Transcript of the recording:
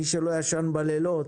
מי שלא ישן בלילות,